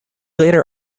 later